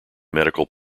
medical